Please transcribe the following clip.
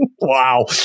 Wow